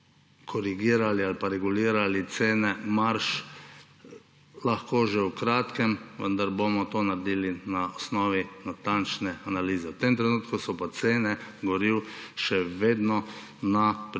korigirali ali pa regulirali cene marž že v kratkem, vendar bomo to naredili na osnovi natančne analize. V tem trenutku so pa cene goriv še vedno na približno